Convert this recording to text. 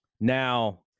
Now